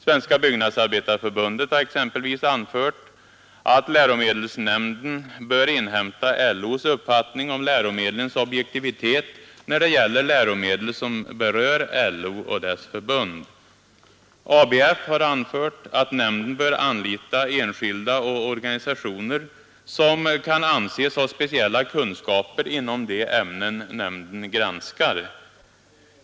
Svenska byggnadsarbetareförbundet har exempelvis anfört att läromedelsnämnden bör inhämta LO:s uppfattning om läromedlens objektivitet när det gäller läromedel som berör LO och dess förbund. ABF har anfört att nämnden bör anlita enskilda och organisationer som kan anses ha speciella kunskaper inom de ämnen nämnden granskar.